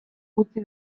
utzi